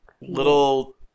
little